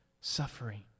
suffering